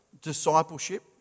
Discipleship